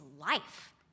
life